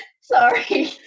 Sorry